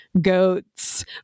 Goats